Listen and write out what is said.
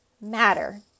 matter